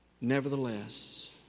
Nevertheless